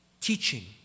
teaching